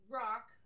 rock